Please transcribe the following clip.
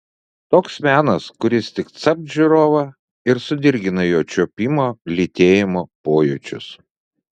toks menas kuris tik capt žiūrovą ir sudirgina jo čiuopimo lytėjimo pojūčius